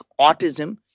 autism